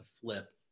flip